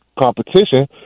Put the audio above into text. competition